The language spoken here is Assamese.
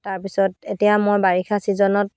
তাৰপিছত এতিয়া মই বাৰিষা ছিজনত